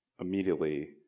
immediately